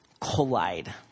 collide